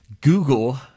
Google